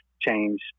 change